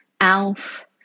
Alf